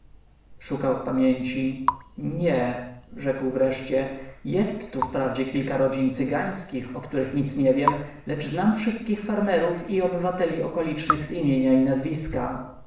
szukał w pamięci nie rzekł wreszcie jest tu wprawdzie kilka rodzin cygańskich o których nic nie wiem lecz znam wszystkich farmerów i obywateli okolicznych z imienia i nazwiska